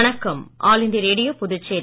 வணக்கம் all India Radio Puducherry